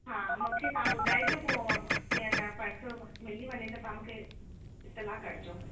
हा मूंखे तव्हां ॿुधाएजो पोइ की अन पर्स मिली वञे त तव्हां मूंखे इतिलाउ करिजो